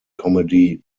comedy